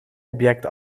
object